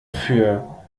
für